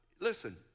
Listen